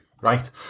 right